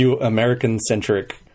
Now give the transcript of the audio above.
American-centric